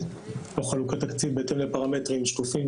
או חלוקת תקציב בהתאם לפרמטרים שקופים,